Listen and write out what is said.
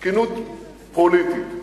תקינות פוליטית.